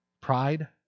Pride